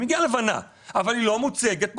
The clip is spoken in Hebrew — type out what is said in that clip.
היא מגיעה לבנה אבל היא לא מוצגת בחוץ.